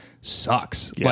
sucks